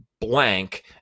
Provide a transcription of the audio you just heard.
blank